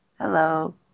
Hello